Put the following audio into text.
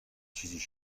چیزیش